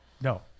No